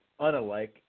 unalike